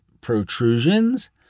protrusions